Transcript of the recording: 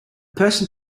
person